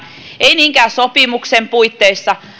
ei niinkään sopimuksen puitteissa